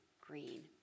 green